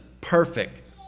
perfect